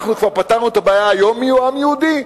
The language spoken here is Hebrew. אנחנו כבר פתרנו את הבעיה היום מיהו עם יהודי?